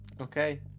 Okay